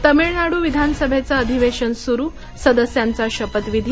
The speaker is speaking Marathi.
तमिळनाडू विधानसभेचंअधिवेशन सुरू सदस्यांचा सपथविधी